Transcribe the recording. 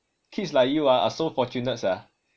kids like you ah are so fortunate sia